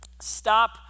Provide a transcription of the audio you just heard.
stop